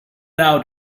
out